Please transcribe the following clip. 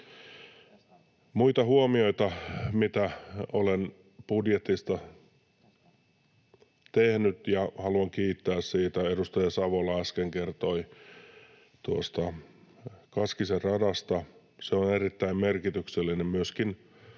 Muita huomioita, joita olen budjetista tehnyt ja joista haluan kiittää: Edustaja Savola äsken kertoi tuosta Kaskisen radasta. Se on erittäin merkityksellinen myöskin